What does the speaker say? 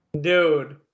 dude